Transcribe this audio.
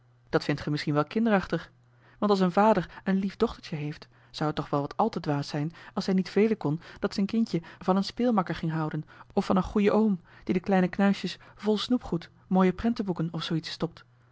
dat vindt ge misschien wel kinderachtig want als een vader een lief dochtertje heeft zou het toch wel wat al te dwaas zijn als hij niet velen kon dat z'n kindje van een speelmakker ging houden of van een goeien oom die de kleine knuistjes vol snoepgoed mooie prentenboeken of zoo iets stopt